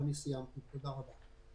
אני סיימתי, תודה רבה.